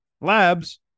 labs